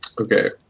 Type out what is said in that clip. okay